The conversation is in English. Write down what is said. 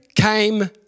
came